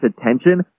attention